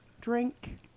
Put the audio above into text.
drink